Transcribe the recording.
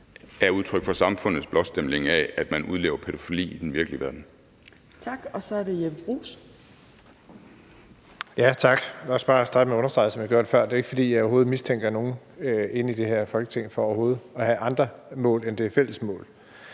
er udtryk for samfundets blåstempling af, at man udlever pædofili i den virkelige verden.